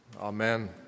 Amen